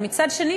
ומצד שני,